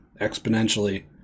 exponentially